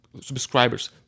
subscribers